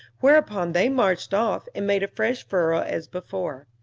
whereupon they marched off and made a fresh furrow as before,